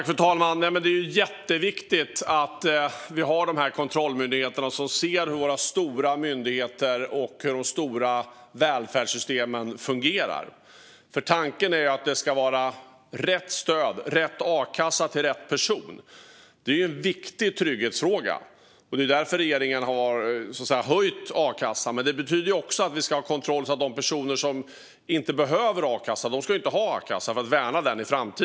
Fru talman! Det är jätteviktigt att vi har dessa kontrollinstanser som ser hur våra myndigheter och välfärdssystem fungerar. Tanken är att det ska ges rätt stöd till rätt person. Det är en viktig trygghetsfråga, och därför har regeringen höjt a-kassan. Men för att värna a-kassan ska vi också ha koll på att de personer som inte behöver a-kassa inte får a-kassa.